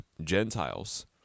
Gentiles